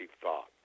thought